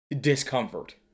discomfort